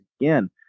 again